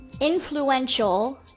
influential